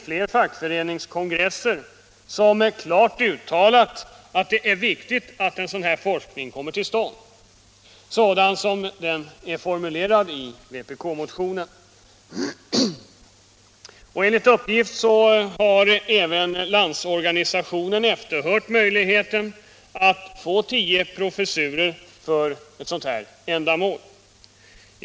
Flera fackföreningskongresser har klart uttalat att det är viktigt att en sådan forskning som är skissserad i vpk-motionen kommer till stånd. Landsorganisationen har enligt uppgift även efterhört möjligheten att få tio professurer för ett sådant ändamål.